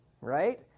Right